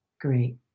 great